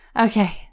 Okay